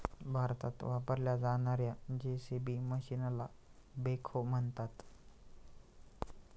भारतात वापरल्या जाणार्या जे.सी.बी मशीनला बेखो म्हणतात